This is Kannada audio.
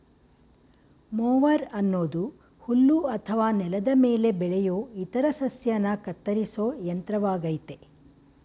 ಮೊವರ್ ಅನ್ನೋದು ಹುಲ್ಲು ಅಥವಾ ನೆಲದ ಮೇಲೆ ಬೆಳೆಯೋ ಇತರ ಸಸ್ಯನ ಕತ್ತರಿಸೋ ಯಂತ್ರವಾಗಯ್ತೆ